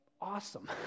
awesome